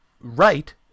right